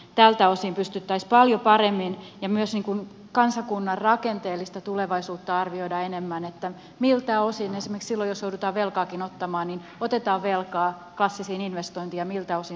tältä osin pystyttäisiin paljon paremmin ja myös niin kuin enemmän kansakunnan rakenteellista tulevaisuutta arvioimaan miltä osin esimerkiksi silloin jos joudutaan velkaakin ottamaan otetaan velkaa klassisiin investointeihin ja miltä osin se on syömävelkaa